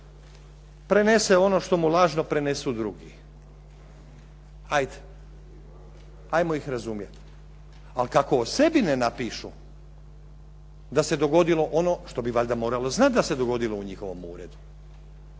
prenese ono što mu lažno prenesu drugi. Ajd. Ajmo ih razumjeti. Ali kako o sebi ne napišu da se dogodilo ono što bi valjda moralo znati da se dogodilo u njihovom uredu.